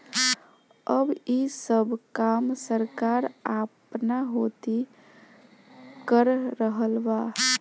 अब ई सब काम सरकार आपना होती कर रहल बा